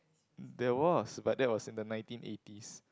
there was but that was in the nineteen eighties